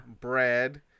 Bread